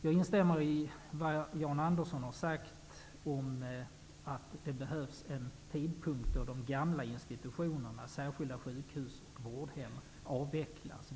Jag instämmer i vad Jan Andersson har sagt om att det behövs en tidpunkt när de gamla institutionerna, sjukhusen och vårdhemmen skall vara avvecklade.